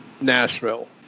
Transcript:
Nashville